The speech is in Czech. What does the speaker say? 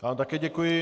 Já vám také děkuji.